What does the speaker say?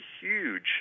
huge